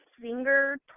finger